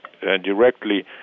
directly